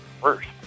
first